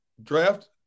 Draft